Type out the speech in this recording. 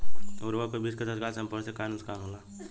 उर्वरक व बीज के तत्काल संपर्क से का नुकसान होला?